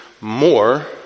more